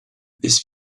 this